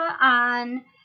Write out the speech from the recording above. on